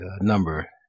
number